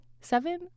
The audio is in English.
seven